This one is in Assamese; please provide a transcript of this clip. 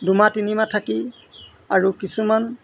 দুমাহ তিনিমাহ থাকি আৰু কিছুমান